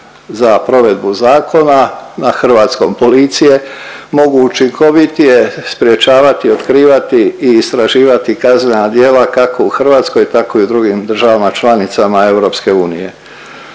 za provedbu zakona na hrvatskom policije mogu učinkovitije sprječavati, otkrivati i istraživati kaznena djela kako u Hrvatskoj tako i u drugim državama članicama EU.